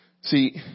See